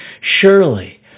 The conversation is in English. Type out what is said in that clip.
surely